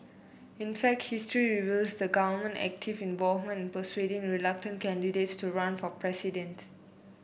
in fact history reveals the government active involvement persuading reluctant candidates to run for president